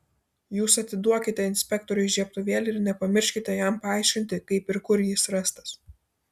jūs atiduokite inspektoriui žiebtuvėlį ir nepamirškite jam paaiškinti kaip ir kur jis rastas